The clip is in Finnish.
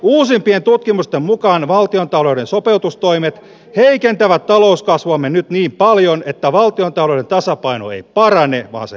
uusimpien tutkimusten mukaan valtiontalouden sopeutustoimet heikentävät talouskasvuamme nyt niin paljon että valtiontalouden tasapaino ei parane vaan se heikkenee